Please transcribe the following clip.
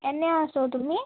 এনেই আছো তুমি